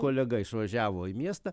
kolega išvažiavo į miestą